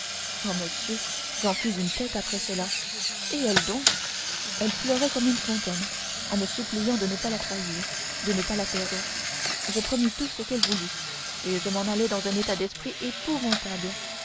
ah monsieur j'en fis une tête après cela et elle donc elle pleurait comme une fontaine en me suppliant de ne pas la trahir de ne pas la perdre je promis tout ce qu'elle voulut et je m'en allai dans un état d'esprit épouvantable